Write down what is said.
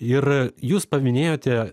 ir jūs paminėjote